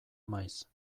maiz